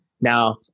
Now